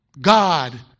God